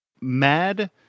mad